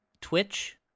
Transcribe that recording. Twitch